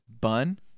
bun